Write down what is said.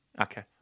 Okay